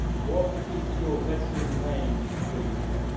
what is your vessel name please?